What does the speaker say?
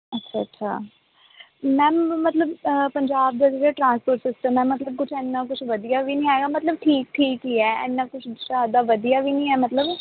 ਅੱਛਾ ਅੱਛਾ ਮੈਮ ਮਤਲਬ ਪੰਜਾਬ ਦੇ ਜਿਹੜੇ ਟਰਾਂਸਪੋਰਟ ਸਿਸਟਮ ਹੈ ਮਤਲਬ ਕੁਛ ਇੰਨਾਂ ਕੁਛ ਵਧੀਆ ਵੀ ਨਹੀਂ ਹੈਗਾ ਮਤਲਬ ਠੀਕ ਠੀਕ ਹੀ ਹੈ ਇੰਨਾਂ ਕੁਛ ਜ਼ਿਆਦਾ ਵਧੀਆ ਵੀ ਨਹੀਂ ਹੈ ਮਤਲਬ